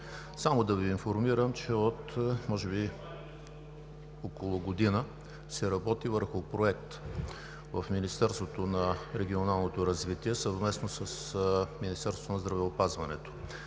Само да Ви информирам, че може би от около година се работи върху проект в Министерството на регионалното развитие и благоустройството, съвместно с Министерството на здравеопазването.